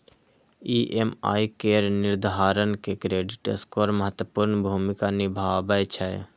EMI केर निर्धारण मे क्रेडिट स्कोर महत्वपूर्ण भूमिका निभाबै छै